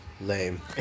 Lame